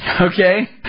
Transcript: okay